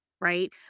right